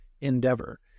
endeavor